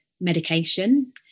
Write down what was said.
medication